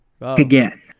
Again